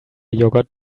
yogurt